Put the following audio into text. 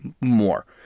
more